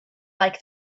like